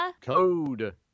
code